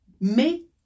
make